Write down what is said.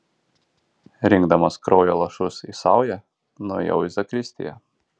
rinkdamas kraujo lašus į saują nuėjau į zakristiją